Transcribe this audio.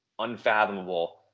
unfathomable